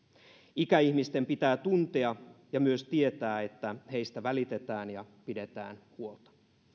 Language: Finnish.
ikäihmisten pitää tuntea ja myös tietää että heistä välitetään ja pidetään huolta